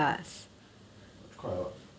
!wah! quite a lot